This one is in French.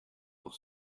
pour